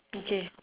okay